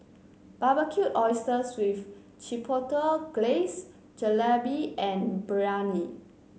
Barbecued Oysters with Chipotle Glaze Jalebi and Biryani